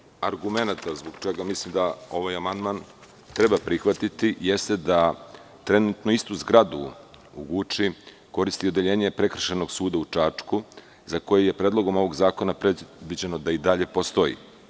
Još nekoliko agrumenata zbog čega mislim da ovaj amandman treba prihvatiti, jeste da trenutno istu zgradu u Guči koristi Odeljenje prekršajnog suda u Čačku, za koji je u Predlogu novog zakona predviđeno da i dalje postoji.